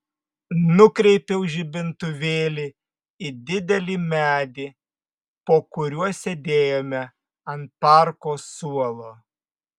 nukreipiau žibintuvėlį į didelį medį po kuriuo sėdėjome ant parko suolo